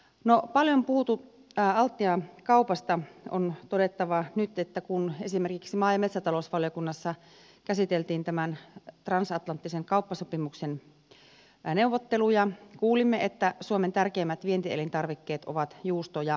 no altian kaupasta on todettava nyt että kun esimerkiksi maa ja metsätalousvaliokunnassa käsiteltiin tämän transatlanttisen kauppasopimuksen neuvotteluja kuulimme että suomen tärkeimmät vientielintarvikkeet ovat juusto ja vodka